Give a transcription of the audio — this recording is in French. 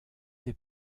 des